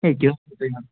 ہے کیٛاہ حظ چھُو تُہۍ